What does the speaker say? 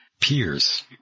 peers